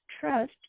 trust